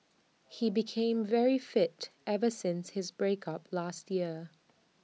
he became very fit ever since his break up last year